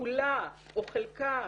כולה או חלקה,